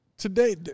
Today